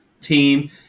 team